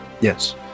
yes